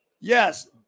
yes